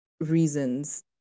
reasons